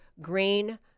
Green